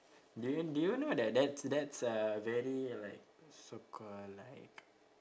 do you do you know that that's that's uh very like so called like